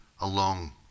alone